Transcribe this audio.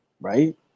Right